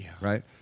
right